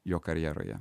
jo karjeroje